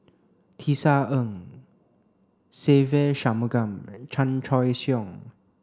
Tisa Ng Se Ve Shanmugam Chan Choy Siong